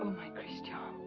my christian.